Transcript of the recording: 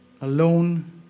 alone